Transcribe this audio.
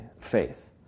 faith